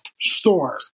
store